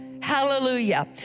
Hallelujah